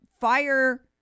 fire